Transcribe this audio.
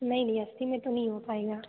नहीं नहीं अस्सी में तो नहीं हो पाएगा